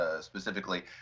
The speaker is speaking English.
specifically